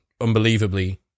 unbelievably